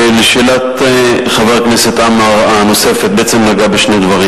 השאלה הנוספת של חבר הכנסת עמאר בעצם נגעה בשני דברים.